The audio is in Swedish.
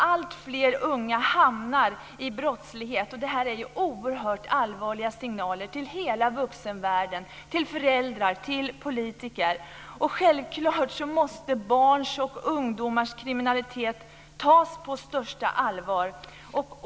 Alltfler unga hamnar i brottslighet. Det är oerhört allvarliga signaler till hela vuxenvärlden - till föräldrar, till politiker. Självklart måste barns och ungdomars kriminalitet tas på största allvar.